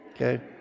Okay